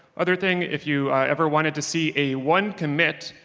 other thing, if you ever wanted to see a one commit,